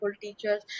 teachers